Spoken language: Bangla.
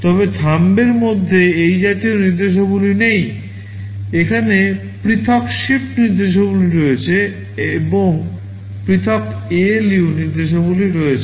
তবে থাম্বের মধ্যে এই জাতীয় নির্দেশাবলী নেই এখানে পৃথক শিফট নির্দেশাবলী রয়েছে এবং পৃথক ALU নির্দেশাবলী রয়েছে